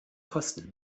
kosten